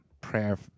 prayer